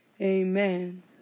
Amen